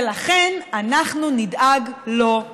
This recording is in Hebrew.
ולכן אנחנו נדאג לו.